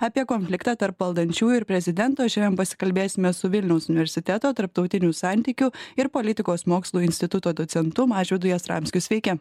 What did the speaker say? apie konfliktą tarp valdančiųjų ir prezidento šiandien pasikalbėsime su vilniaus universiteto tarptautinių santykių ir politikos mokslų instituto docentu mažvydu jastramskiu sveiki